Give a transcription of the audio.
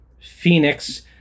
Phoenix